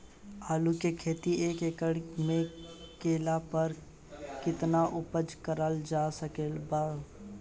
आलू के खेती एक एकड़ मे कैला पर केतना उपज कराल जा सकत बा?